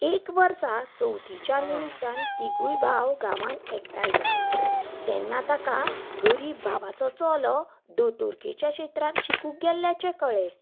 एक वर्सा चवथीच्या निमित्यान तिगूय भाव गांवांन एकठांय जाले तेन्ना ताका गरीब भावाचो चलो दोतोरकेच्या क्षेत्रांत शिकूंक गेल्ल्याचें कळ्ळें